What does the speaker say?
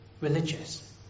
Religious